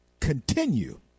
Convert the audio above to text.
continue